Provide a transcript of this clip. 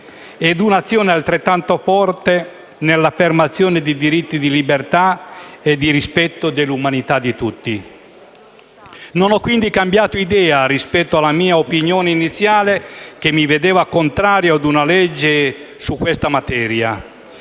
e di un'azione altrettanto forte nell'affermazione dei diritti di libertà e di rispetto dell'umanità da parte di tutti. Non ho quindi cambiato idea rispetto alla mia opinione iniziale, che mi vedeva contrario a una legge su questa materia,